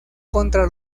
contra